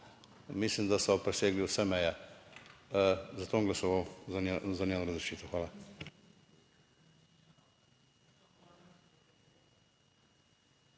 mislim, da so presegli vse meje. Zato bom glasoval za njeno razrešitev. Hvala.